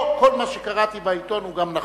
לא כל מה שקראתי בעיתון הוא גם נכון.